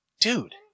dude